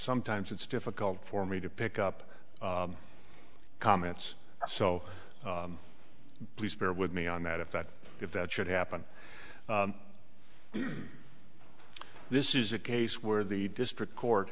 sometimes it's difficult for me to pick up comments so please bear with me on that if that if that should happen this is a case where the district court